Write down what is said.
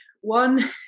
One